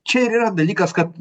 čia ir yra dalykas kad